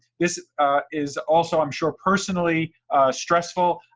this is also, i'm sure, personally stressful,